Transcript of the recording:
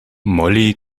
molly